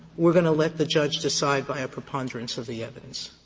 we're going to let the judge decide by a preponderance of the evidence.